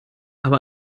aber